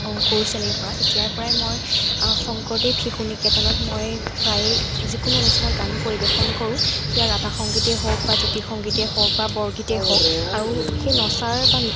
অংকুৰ শ্ৰেণীৰপৰা তেতিয়াৰপৰাই মই শংকৰদেৱ শিশু নিকেতনত মই প্ৰায়ে যিকোনো অনুষ্ঠানত গান পৰিৱেশন কৰোঁ সেয়া ৰাভা সংগীতেই হওক বা জ্যোতি সংগীতেই হওক বা বৰগীতেই হওক আৰু সেই নচাৰ বা